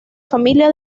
familia